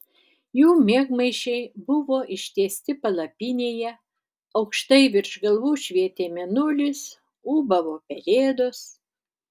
jų miegmaišiai buvo ištiesti palapinėje aukštai virš galvų švietė mėnulis ūbavo pelėdos